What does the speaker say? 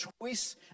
choice